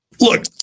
look